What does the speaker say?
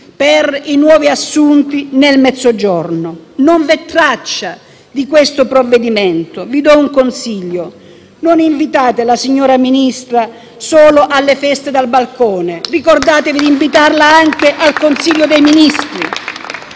per i nuovi assunti nel Mezzogiorno. Non vi è traccia di questo provvedimento. Vi do un consiglio: non invitate il Ministro solo alle feste dal balcone, ricordatevi di invitarla anche alle sedute del Consiglio dei ministri.